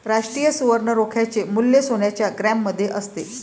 राष्ट्रीय सुवर्ण रोख्याचे मूल्य सोन्याच्या ग्रॅममध्ये असते